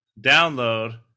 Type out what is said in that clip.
download